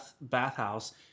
bathhouse